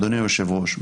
אדוני היושב-ראש,